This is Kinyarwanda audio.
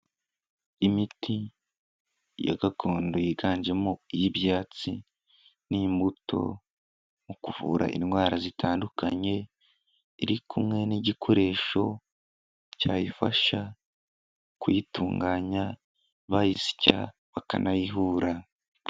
Imiti ya gakondo yiganjemo iy'ibyatsi n'imbuto, mu kuvura indwara zitandukanye, iri kumwe n'igikoresho cyayifasha kuyitunganya, bayisya bakanayihura.